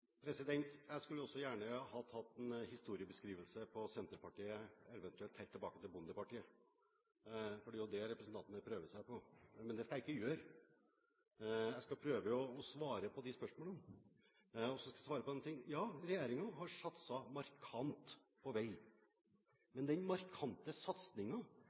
Jeg skulle også gjerne ha tatt en historiebeskrivelse av Senterpartiet, eventuelt helt tilbake til Bondepartiet – for det er jo det representanten her prøver seg på. Men det skal jeg ikke gjøre. Jeg skal prøve å svare på spørsmålene. Og så skal jeg svare på én ting: Ja, regjeringen har satset markant på vei. Men den markante